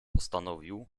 postanowił